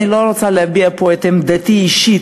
אני לא רוצה להביע פה את עמדתי האישית,